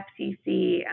FCC